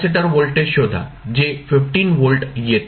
capacitor voltage शोधा जे 15 volt येते